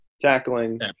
Tackling